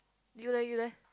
you leh you leh